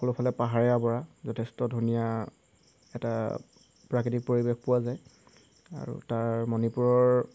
সকলোফালে পাহাৰে আৱৰা যথেষ্ট ধুনীয়া এটা প্ৰাকৃতিক পৰিৱেশ পোৱা যায় আৰু তাৰ মণিপুৰৰ